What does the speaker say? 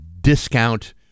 discount